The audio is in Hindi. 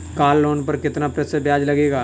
कार लोन पर कितना प्रतिशत ब्याज लगेगा?